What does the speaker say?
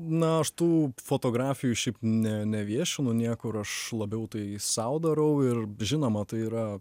na aš tų fotografijų šiaip ne neviešinu niekur aš labiau tai sau darau ir žinoma tai yra